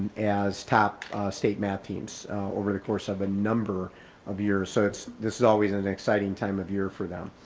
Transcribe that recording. as top state math teams over the course of a number of years. so it's this is always an an exciting time of year for them.